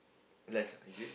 rice ah is it